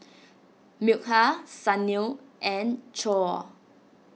Milkha Sunil and Choor